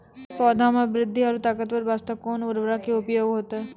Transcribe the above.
पौधा मे बृद्धि और ताकतवर बास्ते कोन उर्वरक के उपयोग होतै?